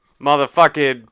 motherfucking